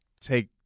take